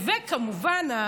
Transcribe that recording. וכמובן,